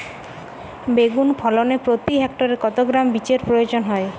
বেগুন ফলনে প্রতি হেক্টরে কত গ্রাম বীজের প্রয়োজন হয়?